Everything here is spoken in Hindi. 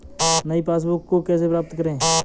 नई पासबुक को कैसे प्राप्त करें?